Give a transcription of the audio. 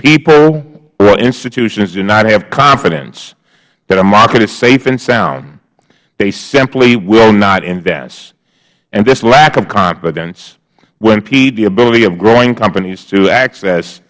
people or institutions do not have confidence that our market is safe and sound they simply will not invest and this lack of confidence will impede the ability of growing companies to access